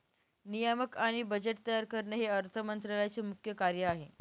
नियामक आणि बजेट तयार करणे हे अर्थ मंत्रालयाचे मुख्य कार्य आहे